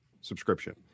subscription